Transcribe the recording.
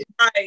Right